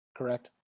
correct